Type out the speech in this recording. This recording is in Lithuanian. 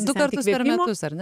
du kartus per metus